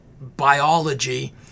biology